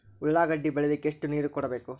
ಉಳ್ಳಾಗಡ್ಡಿ ಬೆಳಿಲಿಕ್ಕೆ ಎಷ್ಟು ನೇರ ಕೊಡಬೇಕು?